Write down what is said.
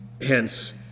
Hence